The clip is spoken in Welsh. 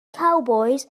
cowbois